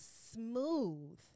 smooth